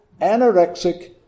anorexic